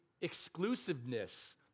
exclusiveness